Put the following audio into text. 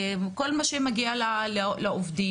כל מה שמגיע לעובדים.